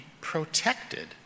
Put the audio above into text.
protected